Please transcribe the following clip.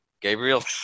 Gabriel